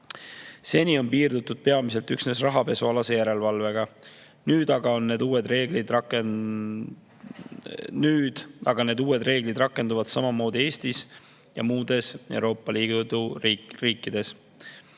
Seni on piirdutud peamiselt rahapesualase järelevalvega. Nüüd aga rakenduvad need uued reeglid samamoodi Eestis ja muudes Euroopa Liidu riikides.